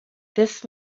this